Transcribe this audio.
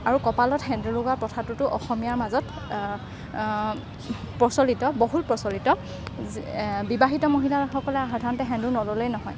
আৰু কপালত সেন্দুৰ লগোৱা প্ৰথাটোতো অসমীয়াৰ মাজত প্ৰচলিত বহুল প্ৰচলিত বিবাহিত মহিলাসকলে সাধাৰণতে সেন্দুৰ নল'লেই নহয়